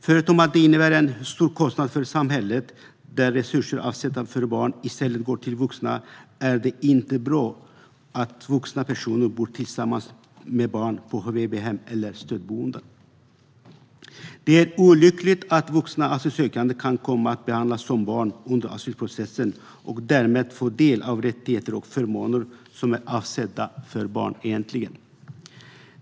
Förutom att det innebär en stor kostnad för samhället, där resurser avsedda för barn i stället går till vuxna, är det inte bra att vuxna personer bor tillsammans med barn på HVB-hem eller stödboenden. Det är olyckligt att vuxna asylsökande kan komma att behandlas som barn under asylprocessen och därmed få del av de rättigheter och förmåner som är avsedda för barn.